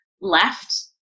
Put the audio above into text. left